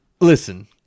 listen